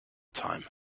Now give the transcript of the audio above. time